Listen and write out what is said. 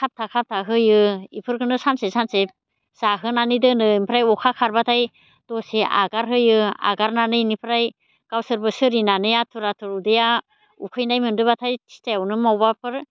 खाबथा खाबथा होयो बेफोरखौनो सानसे सानसे जाहोनानै दोनो ओमफ्राय अखा खारबाथाय दसे एंगार होयो एंगारनानै बेनिफ्राय गावसोरबो सोलिनानै आथुर आथुर उदैया उखैनाय मोनदोंबाथाय सिथ्लायावनो मावबाफोर